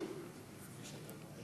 ההצעה להעביר את